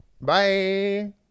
bye